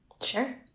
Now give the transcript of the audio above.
Sure